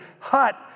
hut